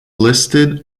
listed